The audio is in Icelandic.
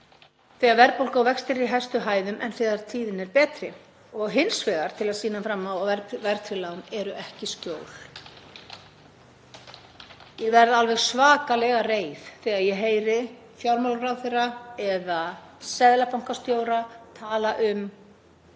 þegar verðbólga og vextir eru í hæstu hæðum, en þegar tíðin er betri. Hins vegar til að sýna fram á að verðtryggð lán eru ekki skjól. Ég verð alveg svakalega reið þegar ég heyri fjármálaráðherra eða seðlabankastjóra tala um